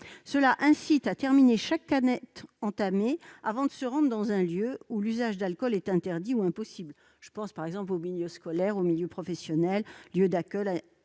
Cela incite à terminer chaque canette entamée, avant de se rendre dans un lieu où l'usage d'alcool est interdit ou impossible- je pense par exemple au milieu scolaire ou professionnel, aux lieux d'accueil,